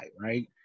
Right